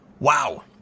Wow